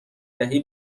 دهی